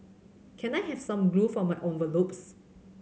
can I have some glue for my envelopes